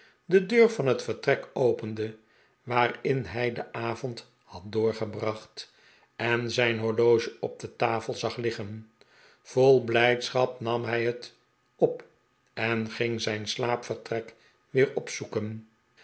de deur van het vertrek opende waarin hij den avond had doorgebracht en zijn horloge op de tafel zag liggen vol blijdschap nam hij het op en ging zijn slaapvertrek weer